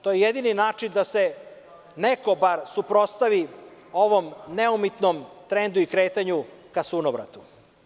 To je jedini način da se neko bar suprotstavi ovom neumitnom trendu i kretanju ka sunovratu.